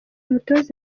mutoza